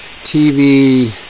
TV